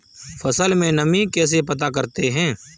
फसल में नमी कैसे पता करते हैं?